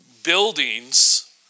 buildings